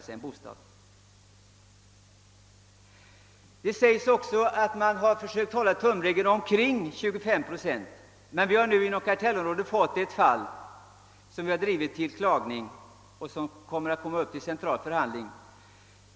I svaret sägs också att man har försökt hålla tumregeln omkring 25 procent. Vi har inom kartellområdet fått ett fall som vi överklagat och som skall komma upp till central förhandling.